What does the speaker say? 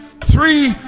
Three